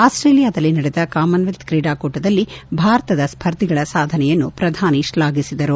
ಆಸ್ಟೇಲಿಯಾದಲ್ಲಿ ನಡೆದ ಕಾಮನ್ವೆಲ್ತ್ ತ್ರೀಡಾಕೂಟದಲ್ಲಿ ಭಾರತದ ಸ್ಪರ್ಧಿಗಳ ಸಾಧನೆಯನ್ನು ಪ್ರಧಾನಿ ತ್ಲಾಫಿಸಿದರು